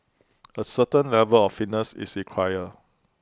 A certain level of fitness is required